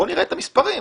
בוא נראה את המספרים.